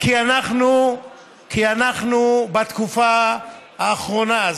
כי אנחנו בתקופה האחרונה,